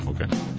Okay